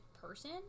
person